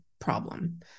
problem